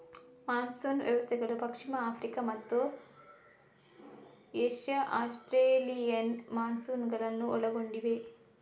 monsoon ವ್ಯವಸ್ಥೆಗಳು ಪಶ್ಚಿಮ Africa ಮತ್ತು ಏಷ್ಯಾ ಆಸ್ಟ್ರೇಲಿಯನ್ ಮಾನ್ಸೂನುಗಳನ್ನು ಒಳಗೊಂಡಿವೆ